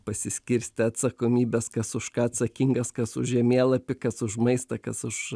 pasiskirstę atsakomybes kas už ką atsakingas kas už žemėlapį kas už maistą kas už